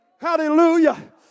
Hallelujah